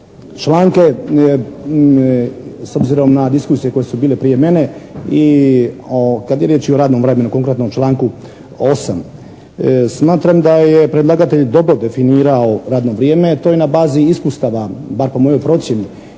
članke s obzirom na diskusije koje su bile prije mene i kad je riječ i o radnom vremenu, konkretnom članku 8. smatram da je predlagatelj dobro definirao radno vrijeme. To je na bazi iskustava bar po mojoj procjeni,